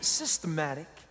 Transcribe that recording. systematic